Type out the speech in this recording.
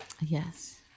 Yes